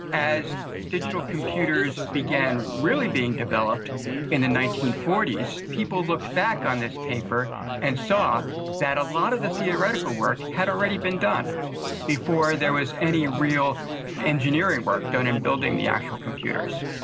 as digital computers began really being developed in the nineteen forty s, people looked back on this paper and saw that a lot of the theoretical work had already been done before there was any real engineering work done in building the actual computers.